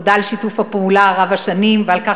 תודה על שיתוף הפעולה רב-השנים ועל כך